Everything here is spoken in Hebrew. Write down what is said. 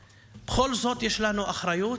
בכל זאת יש לנו אחריות,